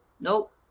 Nope